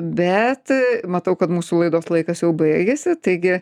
bet matau kad mūsų laidos laikas jau baigėsi taigi